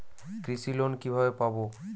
কৃষি লোন কিভাবে পাব?